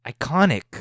Iconic